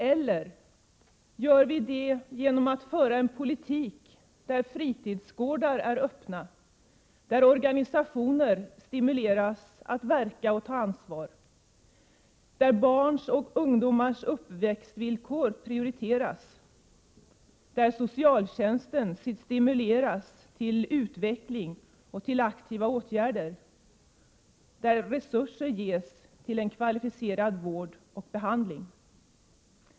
Eller gör vi det genom att föra en politik, där organisationer stimuleras att verka och ta ansvar, där barns och ungdomars uppväxtvillkor prioriteras, där socialtjänsten stimuleras till utveckling och till aktiva åtgärder samt där resurser ges till kvalificerad vård och behandling?